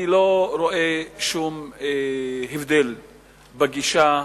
אני לא רואה שום הבדל בגישה,